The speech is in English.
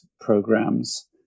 programs